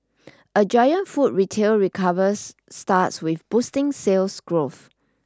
a giant food retail recovers starts with boosting sales growth